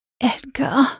Edgar